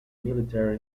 military